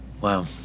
Wow